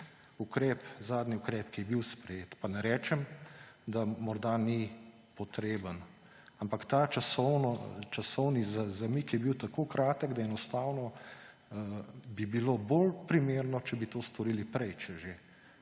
enkrat, zadnji ukrep, ki je bil sprejet, pa ne rečem, da morda ni potreben, ampak ta časovni zamik je bil tako kratek, da enostavno bi bilo bolj primerno, če bi to storili prej, če že.